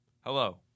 Hello